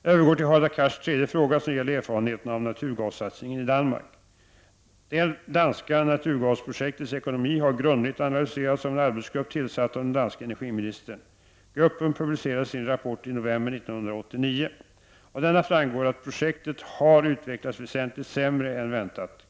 Jag övergår till Hadar Cars tredje fråga, som gäller erfarenheterna av naturgassatsningen i Danmark. Det danska naturgasprojektets ekonomi har grundligt analyserats av en arbetsgrupp tillsatt av den danska energiministern. Gruppen publicerade sin rapport i november 1989. Av denna framgår att projektet har utvecklats väsentligt sämre än väntat.